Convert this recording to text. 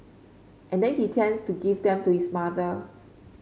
and then he tends to give them to his mother